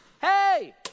Hey